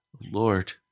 Lord